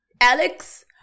Alex –